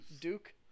Duke